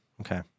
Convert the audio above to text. Okay